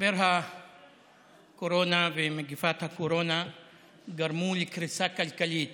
משבר הקורונה ומגפת הקורונה גרמו לקריסה כלכלית